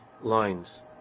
lines